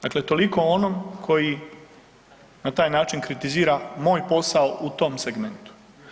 Dakle, toliko o onom koji na taj način kritizira moj posao u tom segmentu.